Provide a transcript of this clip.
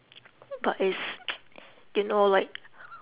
but it's you know like